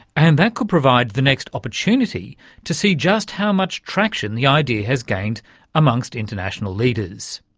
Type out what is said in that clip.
and that could provide the next opportunity to see just how much traction the idea has gained amongst international leaders.